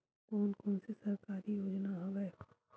कोन कोन से सरकारी योजना हवय?